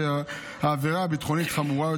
אימו,